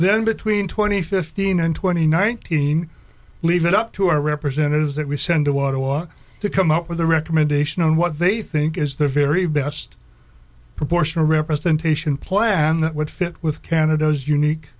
then between twenty fifteen and twenty nineteen leave it up to our representatives that we send to water or to come up with a recommendation of what they think is the very best proportional representation plan that would fit with canada's unique